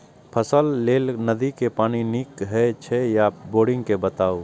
फसलक लेल नदी के पानी नीक हे छै या बोरिंग के बताऊ?